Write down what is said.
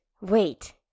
wait